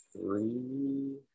three